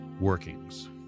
workings